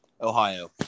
Ohio